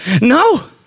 No